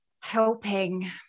helping